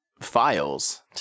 files